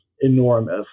enormous